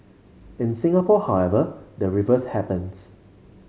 in Singapore however the reverse happens